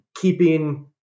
keeping